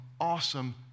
awesome